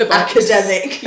academic